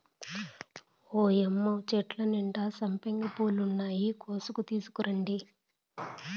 ఓయ్యమ్మ చెట్టు నిండా సంపెంగ పూలున్నాయి, కోసి తీసుకురండి